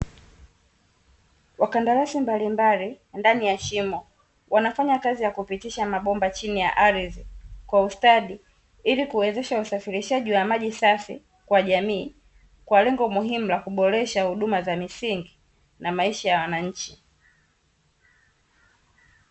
Wakandarasi mbalimbali ndani ya shimo, wanafanya kazi ya kupitisha mabomba chini ya aridhi kwa ustadi, ili kuwezesha usafirishaji wa maji safi kwa jamii kwa lengo muhimu la kuboresha huduma za misingi na maisha ya wananchi.